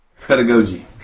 Pedagogy